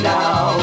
now